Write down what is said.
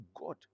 God